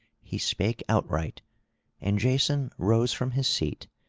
he spake outright and jason rose from his seat,